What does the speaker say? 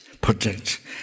Protect